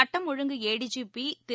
சட்டம் ஒழுங்கு ஏடிஜிபிதிரு